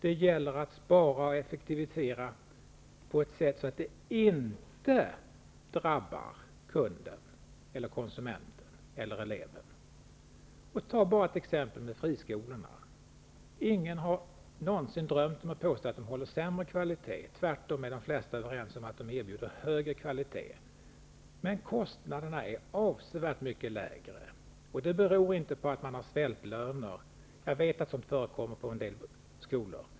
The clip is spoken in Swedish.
Det gäller att spara och effektivisera på ett sådant sätt att det inte drabbar kunden, konsumenten eller eleven. Tag exemplet med friskolorna. Ingen har någonsin drömt om att påstå att de skolorna håller sämre kvalitet. Tvärtom är de flesta överens om att de erbjuder högre kvalitet. Kostnaderna är ändå avsevärt mycket lägre. Det beror inte på svältlöner, även om sådana förekommer på en del skolor.